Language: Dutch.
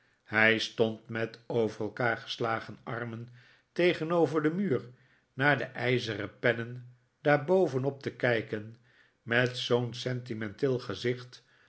hij stond met over elkaar geslagen armen tegenover den muur naar de ijzeren pennen daar bovenop te kijken met zoo'n sentimenteel gezicht